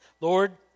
Lord